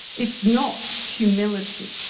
it's not humility